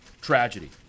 tragedy